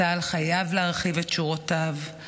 צה"ל חייב להרחיב את שורותיו,